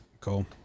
Cool